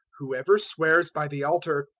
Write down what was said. whoever swears by the altar,